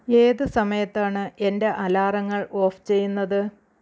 ഏതു സമയത്താണ് എൻ്റെ അലാറങ്ങൾ ഓഫ് ചെയ്യുന്നത്